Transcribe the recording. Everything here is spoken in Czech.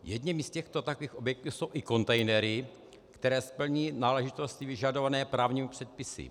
Jedním z těchto objektů jsou i kontejnery, které splní náležitosti vyžadované právními předpisy.